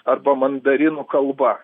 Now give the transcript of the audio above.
arba mandarinų kalba